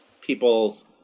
people's